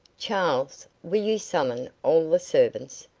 charles, will you summon all the servants.